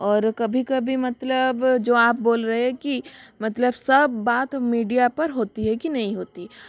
और कभी कभी मतलब जो आप बोल रहे है कि मतलब सब बात मीडिया पर होती है कि नई होती